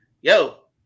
yo